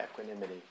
equanimity